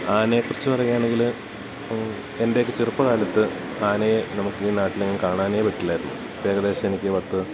ആനയെക്കുറിച്ച് പറയുക ആണെങ്കിൽ എൻ്റെ ഒക്കെ ചെറുപ്പ കാലത്ത് ആനയെ നമുക്ക് നാട്ടിലങ്ങനെ കാണാനേ പറ്റില്ലായിരുന്നു ഏകദേശം എനിക്ക് പത്ത്